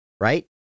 right